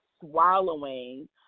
swallowing